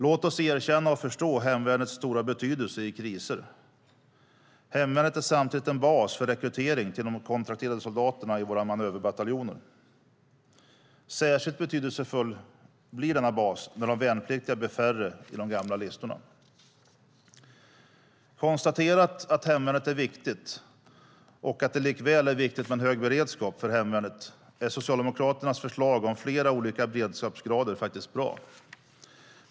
Låt oss erkänna och förstå hemvärnets stora betydelse i kriser. Hemvärnet är samtidigt en bas för rekrytering till de kontrakterade soldaterna i våra manöverbataljoner. Särskilt betydelsefull blir denna bas när de värnpliktiga blir färre i de gamla listorna. När vi nu har konstaterat att hemvärnet är viktigt och att det också är viktigt med en hög beredskap för hemvärnet är Socialdemokraternas förslag om flera olika beredskapsgrader faktiskt bra.